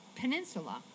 Peninsula